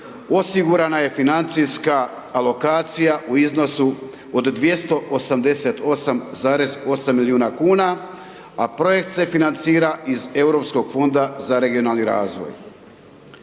osigurana je financijska alokacija u iznosu od 288,8 milijuna kuna, a projekt se financira iz Europskog Fonda za regionalni razvoj.